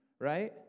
Right